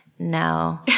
No